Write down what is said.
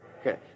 Okay